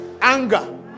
anger